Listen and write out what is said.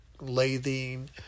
lathing